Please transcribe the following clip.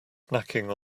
snacking